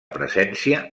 presència